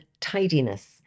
tidiness